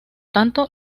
tanto